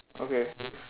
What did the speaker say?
okay